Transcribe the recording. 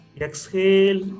Exhale